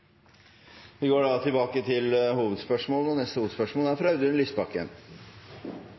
Vi går da videre til neste hovedspørsmål. Det er